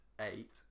eight